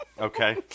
Okay